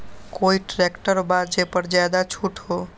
कोइ ट्रैक्टर बा जे पर ज्यादा छूट हो?